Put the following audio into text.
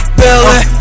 belly